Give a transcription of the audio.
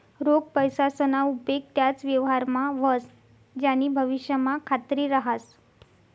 रोख पैसासना उपेग त्याच व्यवहारमा व्हस ज्यानी भविष्यमा खात्री रहास